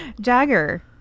Jagger